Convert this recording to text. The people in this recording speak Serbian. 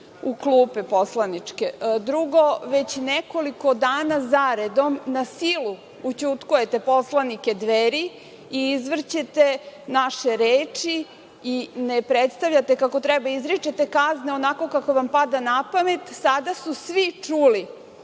u klupe poslaničke. Drugo, već nekoliko dana zaredom na silu ućutkujete poslanike Dveri i izvrćete naše reči i ne predstavljate kako treba. Izričite kazne onako kako vam pada na pamet. Sada su svi čuli